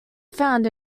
found